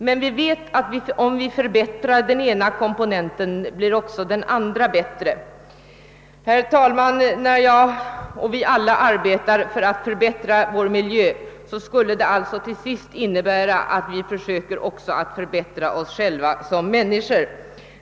Men vi vet att om vi förbättrar den ena komponenten blir också den andra bättre. Herr talman! När vi alla arbetar för att förbättra vår miljö skulle det alltså även innebära att vi förbättrar oss själva som människor.